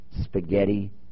spaghetti